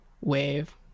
wave